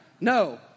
No